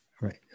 right